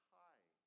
high